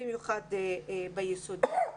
במיוחד בבית הספר היסודי.